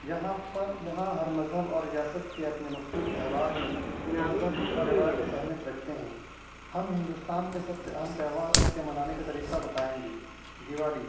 یہاں پر یہاں ہر مذہب اور ریاست کے اپنے مخصوص تہوار ہیں جو مذہبی اور روایتی اہمیت رکھتے ہیں ہم ہندوستان کے سب سے اہم تہوار اور ان کے منانے کا طریقہ بتائیں گے دیوالی